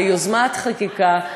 ביוזמת חקיקה,